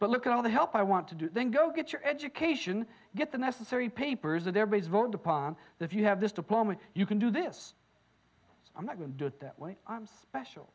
but look at all the help i want to do then go get your education get the necessary papers of their base vote upon that you have this diploma you can do this i'm not going to do it that way i'm special